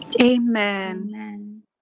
Amen